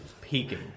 Peaking